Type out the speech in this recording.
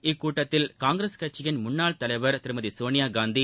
இக்கூட்டத்தில் காங்கிரஸ் கட்சியின் முன்னாள் தலைவர் திருமதி சோனியா காந்தி